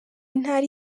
intara